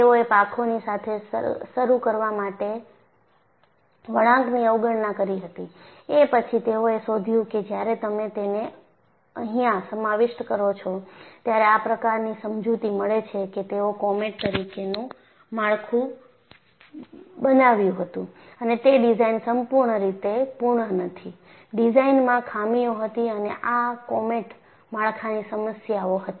તેઓએ પાંખોની સાથે શરૂ કરવા માટે વળાંકની અવગણના કરી હતી એ પછી તેઓએ શોધ્યું કે જ્યારે તમે તેને અહિયાં સમાવિષ્ટ કરો છો ત્યારે આ પ્રકારની સમજૂતી મળે છે કે તેઓએ કોમેટ તરીકેનું માળખું બનાવ્યું હતું અને તે ડિઝાઇન સંપૂર્ણ રીતે પૂર્ણ નથી ડિઝાઇનમાં ખામીઓ હતી અને આ કોમેટ માળખાની સમસ્યાઓ હતી